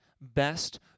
best